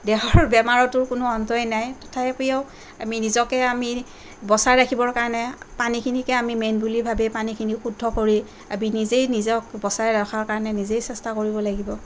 দেহৰ বেমাৰৰতো কোনো অন্তই নাই তথাপিও আমি নিজকে আমি বচাই ৰাখিবৰ কাৰণে পানীখিনিকে আমি মেইন বুলি ভাবি পানীখিনি আমি শুদ্ধ কৰি আমি নিজেই নিজক বচাই ৰখাৰ কাৰণে নিজেই চেষ্টা কৰিব লাগিব